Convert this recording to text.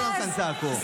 כולם כאן צעקו,